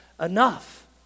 enough